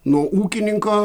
nuo ūkininko